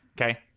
Okay